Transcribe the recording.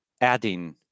adding